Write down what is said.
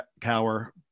Cower